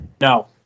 no